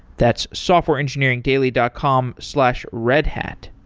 that's softwareengineeringdaily dot com slash redhat.